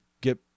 get